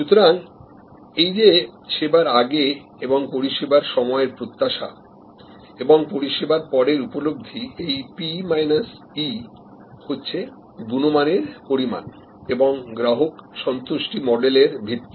সুতরাং এই যে সেবার আগে এবং পরিষেবার সময়ের প্রত্যাশা এবং পরিষেবার পরের উপলব্ধি এই P মাইনাস E হচ্ছে গুণমানের পরিমাণ এবং গ্রাহক সন্তুষ্টি মডেলের ভিত্তি